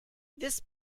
this